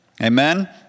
Amen